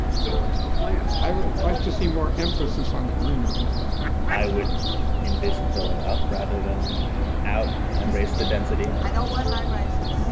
so what's the plan? i would like to see more emphasis on the greenery i would envision building up rather than out and raise the density i don't want high rises